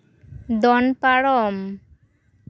ᱫᱚᱱ ᱯᱟᱨᱚᱢ